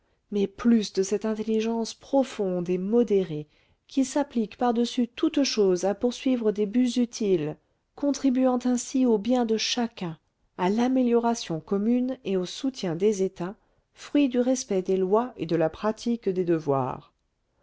mais plus de cette intelligence profonde et modérée qui s'applique par-dessus toute chose à poursuivre des buts utiles contribuant ainsi au bien de chacun à l'amélioration commune et au soutien des états fruit du respect des lois et de la pratique des devoirs